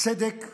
הצדק והאנושיות.